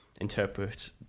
interpret